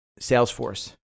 Salesforce